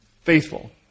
Faithful